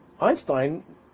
Einstein